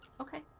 Okay